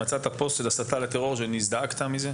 מצאת פעם פוסט של הסתה לטרור ונזעקת מזה?